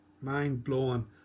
Mind-blowing